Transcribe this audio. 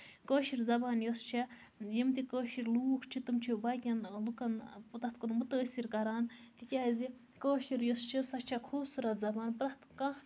کٲشِر زَبان یۄس چھےٚ یِم تہِ کٲشِر لوٗکھ چھِ تِم چھِ باقین لُکَن تَتھ کُن مُتٲثر کران تِکیازِ کٲشِر یۄس چھِ سۄ چھےٚ خۄٗبصوٗرت زَبان پرٮ۪تھ کانہہ